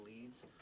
leads